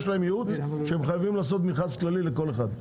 יש להם ייעוץ שהם חייבים לעשות מכרז כללי לכל אחד.